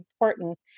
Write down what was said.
important